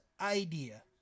idea